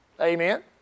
Amen